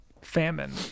famine